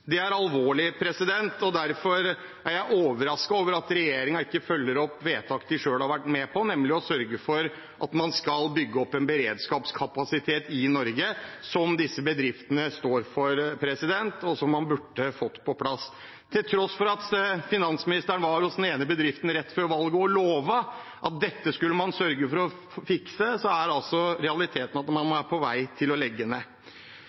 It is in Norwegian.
Det er alvorlig, og derfor er jeg overrasket over at regjeringen ikke følger opp vedtak de selv har vært med på, nemlig å sørge for at man skal bygge opp en beredskapskapasitet i Norge, noe som disse bedriftene står for, og som man burde fått på plass. Til tross for at finansministeren var hos den ene bedriften rett før valget og lovet at dette skulle man sørge for å fikse, er altså realiteten at man er på vei til å legge ned.